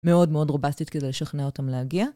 מאוד מאוד רובסטית כדי לשכנע אותם להגיע.